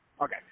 Okay